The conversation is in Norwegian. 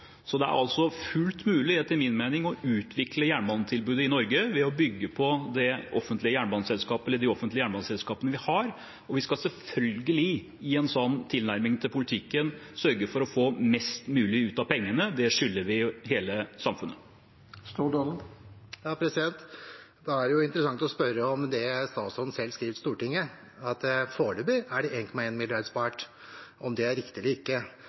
Det er altså fullt mulig, etter min mening, å utvikle jernbanetilbudet i Norge ved å bygge på de offentlige jernbaneselskapene vi har, og i en sånn tilnærming til politikken skal vi selvfølgelig sørge for å få mest mulig ut av pengene. Det skylder vi hele samfunnet. Da er det interessant å spørre om det statsråden selv skriver til Stortinget om at 1,1 mrd. kr er spart foreløpig, og om det er riktig eller ikke.